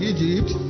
Egypt